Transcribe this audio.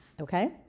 Okay